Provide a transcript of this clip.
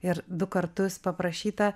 ir du kartus paprašyta